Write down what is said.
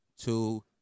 two